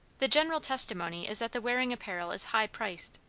the general testimony is that the wearing apparel is high-priced,